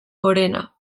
gorena